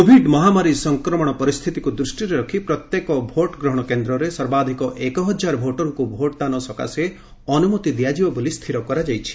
Covid ମହାମାରୀ ପରିସ୍ଥିତିକୁ ଦୃଷ୍ଟିରେ ରଖି ପ୍ରତ୍ୟେକ ଭୋଟ୍ ଗ୍ରହଣ କେନ୍ଦ୍ରରେ ସର୍ବାଧିକ ଏକହଜାର ଭୋଟରଙ୍କୁ ଭୋଟ୍ଦାନ ସକାଶେ ଅନୁମତି ଦିଆଯିବ ବୋଲି ସ୍ଥିର କରାଯାଇଛି